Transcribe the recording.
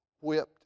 whipped